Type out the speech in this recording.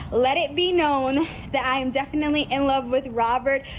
let it be known that i am definitely in love with robert